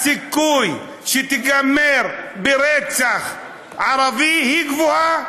הסיכוי שתיגמר ברצח ערבי הוא גבוה.